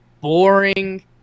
boring